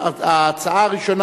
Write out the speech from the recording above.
ההצעה הראשונה,